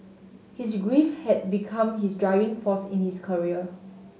his grief had become his driving force in his career